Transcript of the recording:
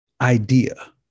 idea